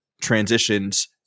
transitions